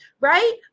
right